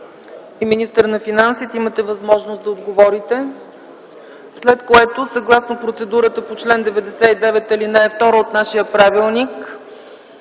и министър на финансите, имате възможност да отговорите, след което съгласно процедурата по чл. 99 ал. 2 от нашия правилник